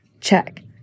Check